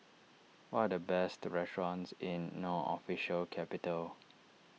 what are the best restaurants in No Official Capital